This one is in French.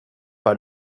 pas